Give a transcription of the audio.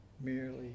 merely